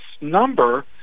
number